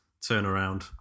turnaround